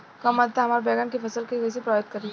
कम आद्रता हमार बैगन के फसल के कइसे प्रभावित करी?